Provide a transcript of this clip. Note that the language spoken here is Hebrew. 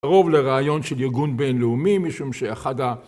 קרוב לרעיון של ארגון בינלאומי משום שאחד ה